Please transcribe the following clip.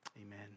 Amen